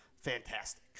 fantastic